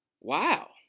Wow